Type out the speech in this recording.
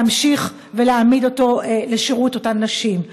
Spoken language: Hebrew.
להמשיך ולהעמיד את זה לשירות אותן נשים?